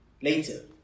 later